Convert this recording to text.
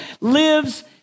lives